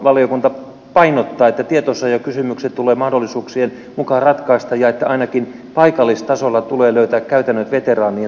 valiokunta painottaa että tietosuojakysymykset tulee mahdollisuuksien mukaan ratkaista ja että ainakin paikallistasolla tulee löytää käytännöt veteraanien tavoittamiseen